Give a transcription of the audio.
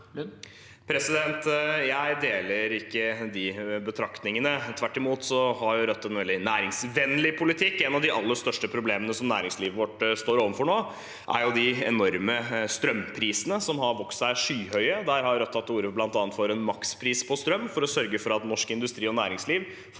Jeg deler ikke de betraktningene. Tvert imot har Rødt en veldig næringsvennlig politikk. Et av de aller største problemene som næringslivet vårt står overfor nå, er de enorme strømprisene, som har vokst seg skyhøye. Der har Rødt tatt til orde for bl.a. en makspris på strøm, for å sørge for at norsk industri og næringsliv får